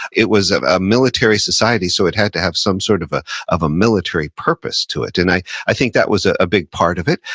it was a military society, so, it had to have some sort of ah of a military purpose to it. and i i think that was ah a big part of it.